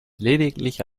lediglich